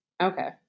okay